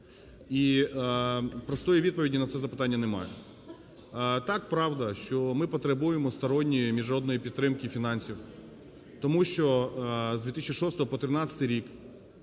і простої відповіді на це запитання немає. Так, правда, що ми потребуємо сторонньої міжнародної підтримки фінансів, тому що з 2016 по 2013 рік